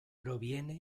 proviene